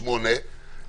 אבל למה 48 שעות?